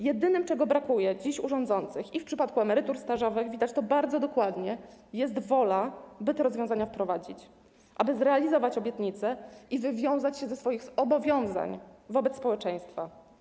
Jedyne, czego brakuje dziś rządzącym - w przypadku emerytur stażowych widać to bardzo dokładnie - to wola, aby te rozwiązania wprowadzić, aby zrealizować obietnice i wywiązać się ze swoich zobowiązań wobec społeczeństwa.